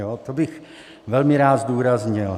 To bych velmi rád zdůraznil.